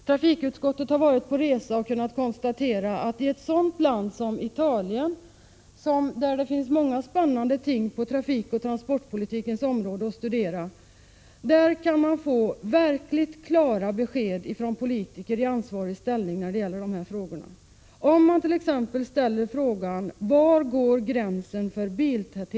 Trafikutskottet har varit på resa och kunnat konstatera att man i ett land som Italien, där det finns många spännande ting att studera på trafikoch transportpolitikens område, kan få verkligt klara besked från politiker i ansvarig ställning när det gäller de här frågorna. När man t.ex. frågar dem om var gränsen går för biltätheten i deras land, Prot.